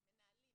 מנהלים,